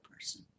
person